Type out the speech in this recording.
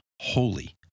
holy